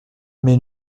mais